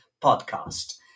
podcast